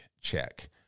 check